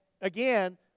again